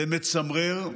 זה מצמרר.